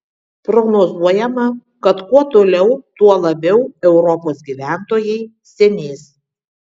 prognozuojama kad kuo toliau tuo labiau europos gyventojai senės